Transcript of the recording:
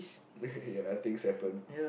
ya things happen